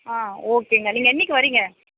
ஆ ஓகேங்க நீங்கள் என்னைக்கு வரிங்க